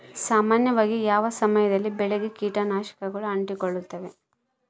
ಸಾಮಾನ್ಯವಾಗಿ ಯಾವ ಸಮಯದಲ್ಲಿ ಬೆಳೆಗೆ ಕೇಟನಾಶಕಗಳು ಅಂಟಿಕೊಳ್ಳುತ್ತವೆ?